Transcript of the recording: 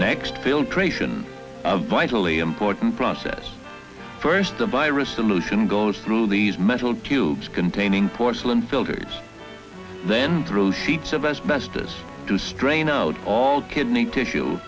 next filtration vitally important process first the virus solution goes through these metal tube containing porcelain filters then grow sheets of asbestos to strain out all kidney tissue